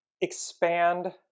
expand